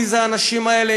מי האנשים האלה,